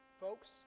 Folks